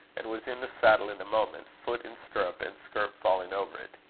and was in the saddle in a moment, foot in stirrup, and skirt falling over it.